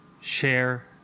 share